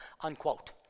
unquote